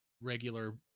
regular